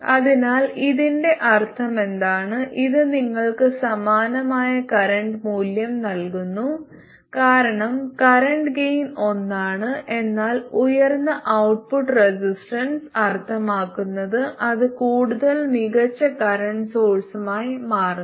അതിനാൽ ഇതിന്റെ അർത്ഥമെന്താണ് ഇത് നിങ്ങൾക്ക് സമാനമായ കറന്റ് മൂല്യം നൽകുന്നു കാരണം കറന്റ് ഗെയിൻ ഒന്നാണ് എന്നാൽ ഉയർന്ന ഔട്ട്പുട്ട് റെസിസ്റ്റൻസ് അർത്ഥമാക്കുന്നത് അത് കൂടുതൽ മികച്ച കറന്റ് സോഴ്സായി മാറുന്നു